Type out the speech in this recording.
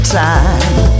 time